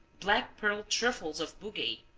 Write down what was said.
black pearl truffles of bugey,